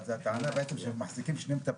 והטענה בעצם שהם מחזיקים שני מטפלים.